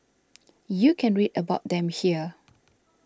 you can read about them here